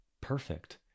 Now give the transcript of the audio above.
Perfect